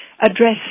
address